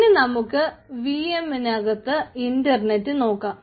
ഇനി നമുക്ക് V M ന് അകത്ത് ഇന്റർനെറ്റ് നോക്കാം